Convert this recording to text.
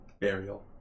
burial